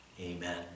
Amen